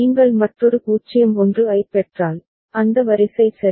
நீங்கள் மற்றொரு 0 1 ஐப் பெற்றால் அந்த வரிசை சரி